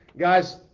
Guys